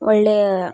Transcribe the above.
ಒಳ್ಳೆಯ